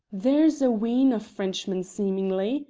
there's a wheen of frenchmen, seemingly,